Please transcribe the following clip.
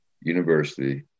University